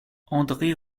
andré